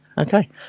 Okay